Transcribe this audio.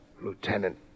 Lieutenant